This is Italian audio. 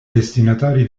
destinatari